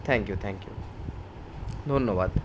thank you thank you ধন্যবাদ